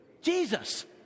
Jesus